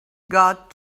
got